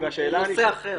נושא אחר.